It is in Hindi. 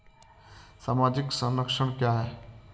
सामाजिक संरक्षण क्या है?